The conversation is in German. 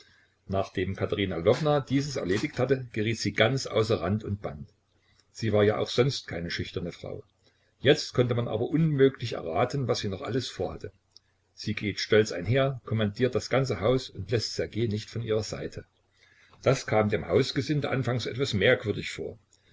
nachdem katerina lwowna dieses erledigt hatte geriet sie ganz außer rand und band sie war ja auch sonst keine schüchterne frau jetzt konnte man aber unmöglich erraten was sie noch alles vorhatte sie geht stolz einher kommandiert das ganze haus und läßt ssergej nicht von ihrer seite das kam dem hausgesinde anfangs etwas merkwürdig vor